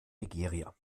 nigeria